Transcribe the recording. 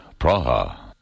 Praha